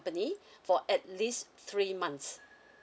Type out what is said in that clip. for at least three months